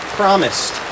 promised